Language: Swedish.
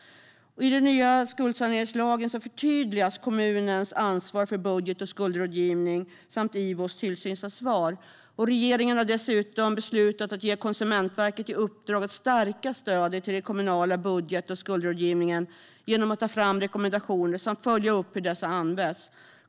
I den nya skuldsaneringslagen förtydligas kommunens ansvar för budget och skuldrådgivning samt IVO:s tillsynsansvar. Regeringen har dessutom beslutat att ge Konsumentverket i uppdrag att stärka stödet till den kommunala budget och skuldrådgivningen genom att ta fram rekommendationer och följa upp hur dessa används.